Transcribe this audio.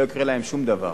לא יקרה להם שום דבר.